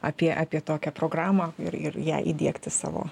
apie apie tokią programą ir it ją įdiegti savo